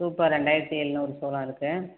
super ரெண்டாயிரத்தி ஏழ்நூறு சோளம் இருக்குது